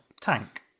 tank